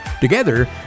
Together